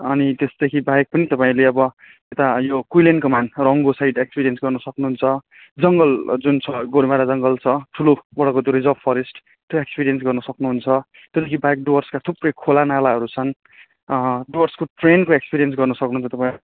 अनि त्यसदेखि बाहेक पनि तपाईँले अब यता यो quinine Kaman Rongo side experience गर्नु सक्नु हुन्छ जङ्गल जुन छ गोरुमारा जङ्गल छ ठूलो बडाको त्यो रिजर्भ फरेस्ट त्यो एक्सपिरियन्स गर्नु सक्नु हुन्छ त्योदिखि बाहेक डुवर्सका थुप्रै खोलानालाहरू छन् डुवर्सको ट्रेनको एक्सपिरियन्स गर्न सक्नु हुन्छ तपाईँ